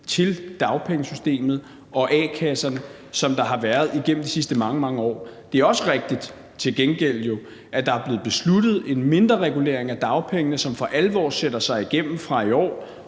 til dagpengesystemet og a-kasserne, som der har været igennem de sidste mange, mange år. Det er jo til gengæld også rigtigt, at der er blevet besluttet en mindreregulering af dagpengene, som for alvor sætter sig igennem fra i år